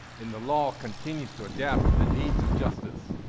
and the law continues to adapt to the needs of justice.